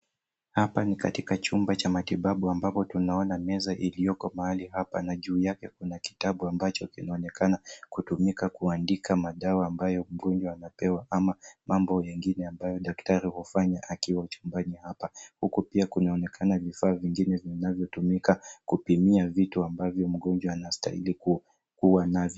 Hapa ni katika chumba cha matibabu ambapo tunaona meza iliyoko mahali hapa na juu yake kuna kitabu ambacho kinaonekana kutumika kuandika madawa ambayo mgonjwa anapewa, ama mambo mengine ambayo daktari hufanya akiwa chumbani hapa. Huku pia kunaonekana vifaa vingine vinayotumika kupimia vitu ambavyo mgonjwa anastahili kuwa navyo.